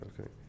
okay